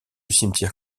cimetière